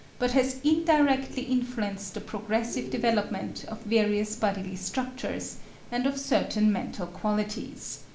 but has indirectly influenced the progressive development of various bodily structures and of certain mental qualities.